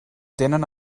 tenen